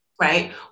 Right